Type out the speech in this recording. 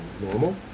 normal